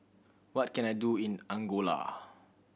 what can I do in Angola